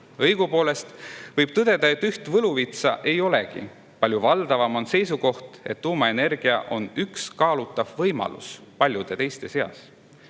Õigupoolest võib tõdeda, et üht võluvitsa ei olegi. Palju valdavam on seisukoht, et tuumaenergia on üks kaalutav võimalus paljude teiste seas.